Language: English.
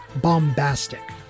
bombastic